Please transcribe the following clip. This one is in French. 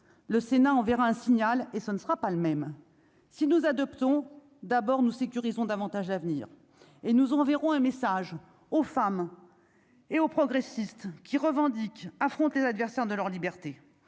le Sénat enverra un signal et ce ne sera pas le même si nous adoptons d'abord nous sécurisons davantage à venir et nous enverrons un message aux femmes. Hé ho progressistes qui revendique affronter l'adversaire de leur liberté,